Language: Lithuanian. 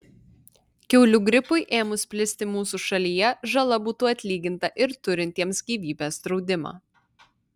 kiaulių gripui ėmus plisti mūsų šalyje žala būtų atlyginta ir turintiems gyvybės draudimą